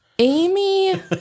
Amy